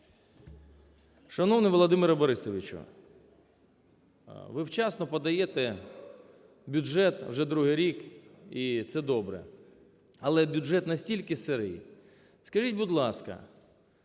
Шановний Володимире Борисовичу! Ви вчасно подаєте бюджет вже другий рік і це добре. Але бюджет настільки "сирий". Скажіть, будь ласка,